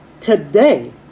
today